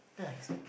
nice